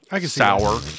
sour